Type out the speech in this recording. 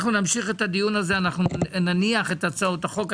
אנחנו נמשיך את הדיון הזה ונניח את הצעות החוק.